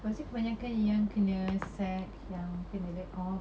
pastu kebanyakan yang kena sack yang kena laid off